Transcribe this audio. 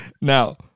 now